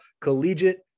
collegiate